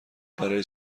برای